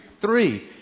Three